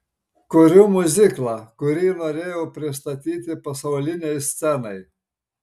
kuriu miuziklą kurį norėjau pristatyti pasaulinei scenai